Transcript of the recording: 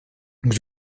vous